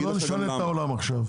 לא נשנה את העולם עכשיו.